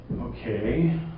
Okay